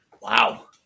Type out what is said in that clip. Wow